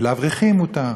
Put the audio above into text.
ולאברכים מותר.